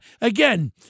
Again